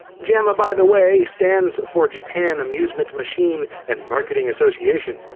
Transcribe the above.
jamma, by the way, stands for japan amusement machine and marketing association.